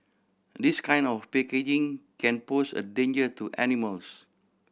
this kind of packaging can pose a danger to animals